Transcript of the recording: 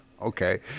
okay